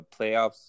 playoffs